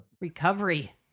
recovery